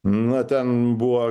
na ten buvo